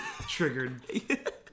Triggered